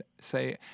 say